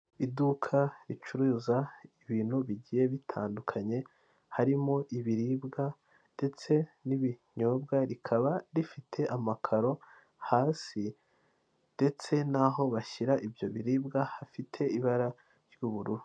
Iduka ricuruza ibintu bigiye bitandukanye harimo ibiribwa ndetse n'ibinyobwa rikaba rifite amakaro hasi ndetse n'aho bashyira ibyo biribwa hafite ibara ry'ubururu.